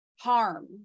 harm